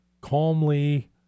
calmly